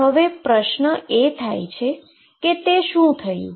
તો પ્રશ્ન એ થાય કે તે શું થયું